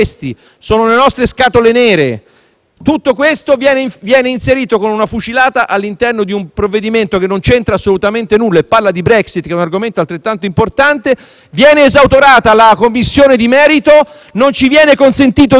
scatole nere, viene inserito con una fucilata all'interno di un provvedimento che non c'entra assolutamente nulla e parla di Brexit, che è un argomento altrettanto importante; viene esautorata la Commissione di merito; non ci viene consentito di discutere nel merito di questo argomento,